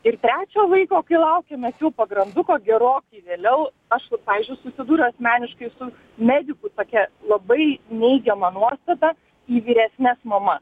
ir trečio vaiko kai laukiamės jau pagranduko gerokai vėliau aš vat pavyzdžiui susidūriau asmeniškai su medikų tokia labai neigiama nuostata į vyresnes mamas